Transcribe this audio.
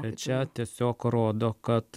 tai čia tiesiog rodo kad